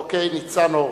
אוקיי, ניצן הורוביץ.